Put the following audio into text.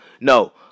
No